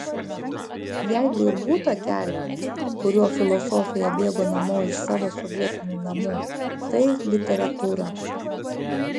jeigu ir būta kelio kuriuo filosofija bėgo namo iš savo sovietinių namų tai literatūra